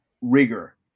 rigor